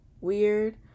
weird